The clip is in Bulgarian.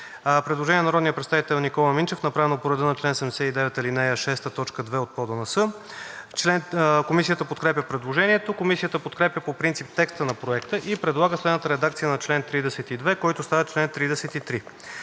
Предложение на народния представител Никола Минчев, направено по реда на чл. 79, ал. 6, т. 2 от ПОДНС. Комисията подкрепя предложението. Комисията подкрепя по принцип текста на Проекта и предлага следната редакция на чл. 32, който става чл. 33: